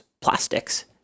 plastics